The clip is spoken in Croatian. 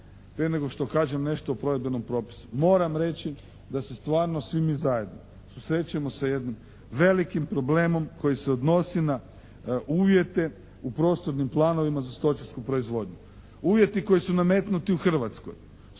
prije nego što kažem nešto o provedbenom propisu. Moram reći da se stvarno svi mi zajedno susrećemo sa jednim velikim problemom koji se odnosi na uvjete u prostornim planovima za stočarsku proizvodnju. Uvjeti koji su nametnuti u Hrvatskoj